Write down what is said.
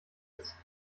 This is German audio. ist